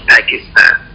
Pakistan